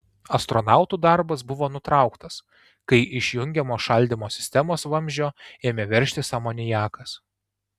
astronautų darbas buvo nutrauktas kai iš jungiamo šaldymo sistemos vamzdžio ėmė veržtis amoniakas